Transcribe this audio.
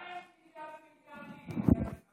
למה אין קליטה בביתר עילית?